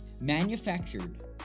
manufactured